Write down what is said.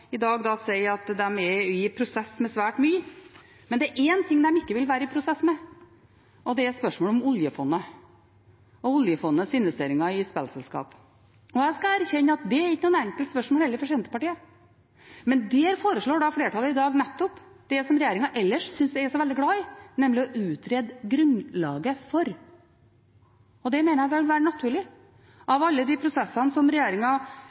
i dag sier de er i prosess med svært mye. Men det er én ting de ikke vil være i prosess med, og det gjelder spørsmålet om oljefondet og oljefondets investeringer i spillselskaper. Jeg skal erkjenne at det heller ikke er noe enkelt spørsmål for Senterpartiet, men der foreslår flertallet i dag nettopp det som regjeringen ellers synes å være veldig glad i – nemlig «å utrede grunnlaget for». Det mener jeg burde være naturlig. Av alle prosessene